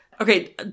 okay